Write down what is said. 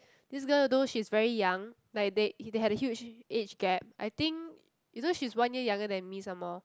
this girl though she's very young like they he had a huge age gap I think you know she's one year younger than me somemore